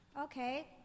okay